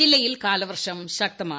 ജില്ലയിൽ കാലവർഷം ശക്തമാണ്